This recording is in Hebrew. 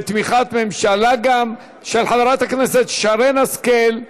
גם היא בתמיכת ממשלה, של חברת הכנסת שרן השכל.